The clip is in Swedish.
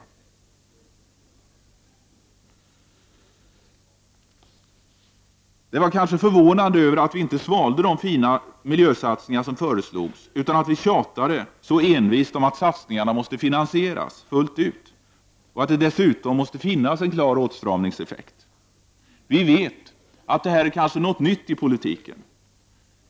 Socialdemokraterna var kanske förvånade över att vi inte bara svalde de fina miljösatsningar som föreslogs utan att vi tjatade så envist om att satsningarna också måste finansieras fullt ut och att det dessutom måste finnas en klar åtstramningseffekt i paketet. Det här är antagligen något nytt i politiken.